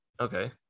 okay